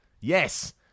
Yes